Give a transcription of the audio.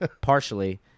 partially